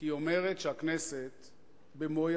כי היא אומרת שהכנסת במו-ידיה,